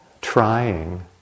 trying